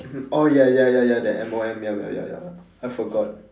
oh ya ya ya ya that M_O_M ya ya ya I forgot